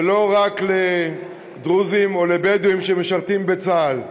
ולא רק לדרוזים או לבדואים שמשרתים בצה"ל.